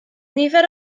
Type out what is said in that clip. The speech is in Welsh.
nifer